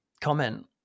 comment